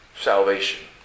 salvation